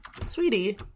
Sweetie